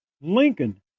Lincoln